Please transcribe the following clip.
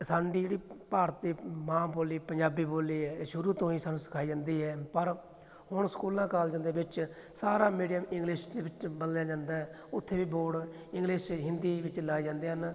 ਸਾਡੀ ਜਿਹੜੀ ਭਾਰਤੀ ਮਾਂ ਬੋਲੀ ਪੰਜਾਬੀ ਬੋਲੀ ਹੈ ਇਹ ਸ਼ੁਰੂ ਤੋਂ ਹੀ ਸਾਨੂੰ ਸਿਖਾਈ ਜਾਂਦੀ ਹੈ ਪਰ ਹੁਣ ਸਕੂਲਾਂ ਕਾਲਜਾਂ ਦੇ ਵਿੱਚ ਸਾਰਾ ਮੀਡੀਅਮ ਇੰਗਲਿਸ਼ ਦੇ ਵਿੱਚ ਬਦਲਿਆ ਜਾਂਦਾ ਉੱਥੇ ਵੀ ਬੋਰਡ ਇੰਗਲਿਸ਼ ਹਿੰਦੀ ਵਿੱਚ ਲਾਏ ਜਾਂਦੇ ਹਨ